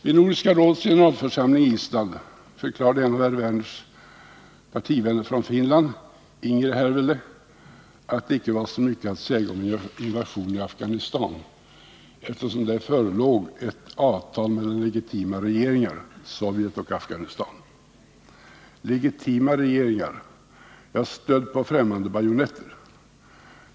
Vid Nordiska rådets session i Island förklarade en av herr Werners partivänner från Finland, Inger Hirvelä, att det inte var så mycket att säga om invasionen i Afghanistan, eftersom där förelåg ett avtal mellan legitima regeringar, Sovjets och Afghanistans. Legitim regering — ja, stödd på dd bajonetter.